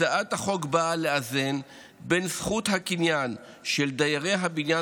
הצעת החוק באה לאזן בין זכות הקניין של דיירי הבניין